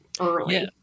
early